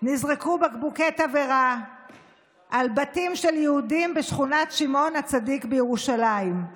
נזרקו בקבוקי תבערה על בתים של יהודים בשכונת שמעון הצדיק בירושלים.